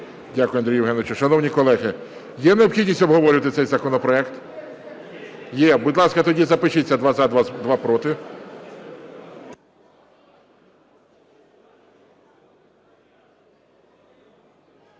Дякую, Андрій Євгенович. Шановні колеги, є необхідність обговорювати цей законопроект? Є. Будь ласка, тоді запишіться: два – за, два – проти.